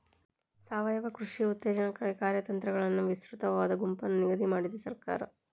ಸಾವಯವ ಕೃಷಿ ಉತ್ತೇಜನಕ್ಕಾಗಿ ಕಾರ್ಯತಂತ್ರಗಳನ್ನು ವಿಸ್ತೃತವಾದ ಗುಂಪನ್ನು ನಿಗದಿ ಮಾಡಿದೆ ಸರ್ಕಾರ